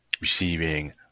receiving